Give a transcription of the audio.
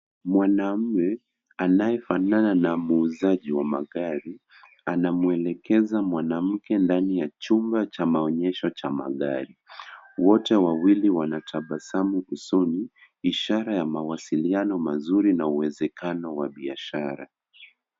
Mwanaume anayefanana na muuzaji wa magari, anamwelekeza mwanamke ndani ya chumba cha maonyesho cha magari. Wote wawili wanatabasamu usoni, ishara ya mawasiliano mazuri na uwezekano wa biashara.